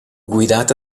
guidata